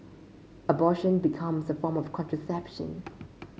abortion becomes a form of contraception